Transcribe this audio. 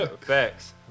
Facts